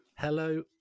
Hello